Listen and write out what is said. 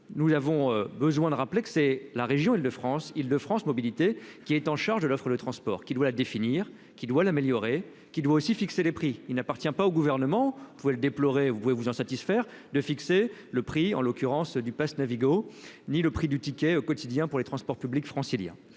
nous avons besoin de rappeler que c'est la région Île-de-France Île-de-France mobilités qui est en charge de l'autre le transport qui doit définir qui doit l'améliorer, qui doit aussi fixer les prix, il n'appartient pas au gouvernement, vous pouvez le déplorer, vous pouvez vous en satisfaire de fixer le prix, en l'occurrence du Pass Navigo ni le prix du ticket au quotidien pour les transports publics franciliens